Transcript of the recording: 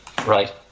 right